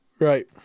Right